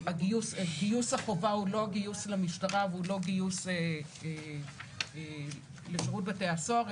גיוס החובה הוא לא גיוס למשטרה והוא לא גיוס לשירות בתי הסוהר,